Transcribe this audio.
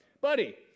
buddy